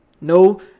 No